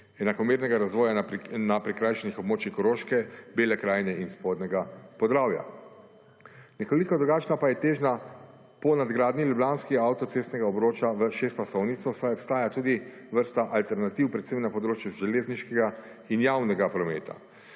enakomernega razvoja na prikrajšanih območjih Koroške, Bele krajine in Spodnjega Podravja. Nekoliko drugačna pa je težnja po nadgradnji ljubljansko avtocestnega obroča v šestpasovnico, saj obstaja tudi vrsta alternativ predvsem na področju železniškega in javnega prometa,